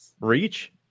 Reach